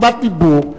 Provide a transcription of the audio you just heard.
קיבלת זמן דיבור,